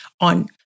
on